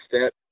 step